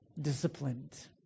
disciplined